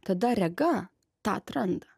tada rega tą atranda